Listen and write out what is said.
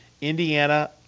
Indiana